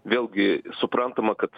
vėlgi suprantama kad